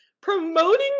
promoting